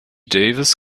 davis